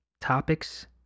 topics